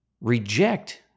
reject